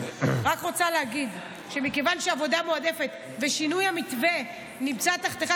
אני רק רוצה להגיד שמכיוון שעבודה מועדפת ושינוי המתווה נמצאים תחתיך,